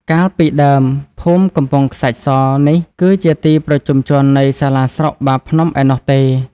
កាលពីដើម ភូមិកំពង់ខ្សាច់ស នេះ គឺជាទីប្រជុំជននៃសាលាស្រុកបាភ្នំឯណោះទេ។